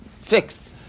fixed